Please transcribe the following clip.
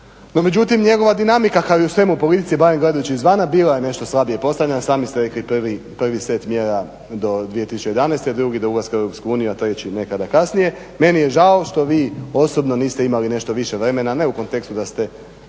no međutim njegova dinamika kao i svemu u politici barem gledajući izvana bila je nešto slabije postavljena. Sami ste rekli prvi set mjera do 2011., drugi do ulaska u EU, a treći nekada kasnije. Meni je žao što vi osobno niste imali nešto više vremena ne u kontekstu da ste